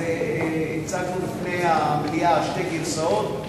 הצגנו בפני המליאה שתי גרסאות,